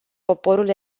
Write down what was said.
poporul